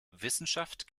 wissenschaft